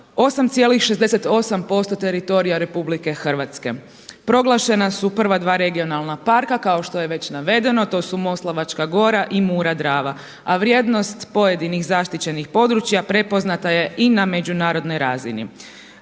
8,68% teritorija RH. Proglašena su prva dva regionalna parka kao što je već navedeno to su Moslavačka gora i Mura-Drava. A vrijednost pojedinih zaštićenih područja prepoznata je i na međunarodnoj razini.